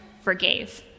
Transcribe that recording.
forgave